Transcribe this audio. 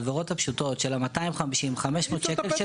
העבירות הפשוטות עם קנסות של 250 שקל או 500 שקל,